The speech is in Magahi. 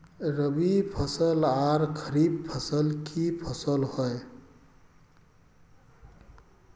रवि फसल आर खरीफ फसल की फसल होय?